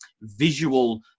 visual